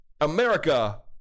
America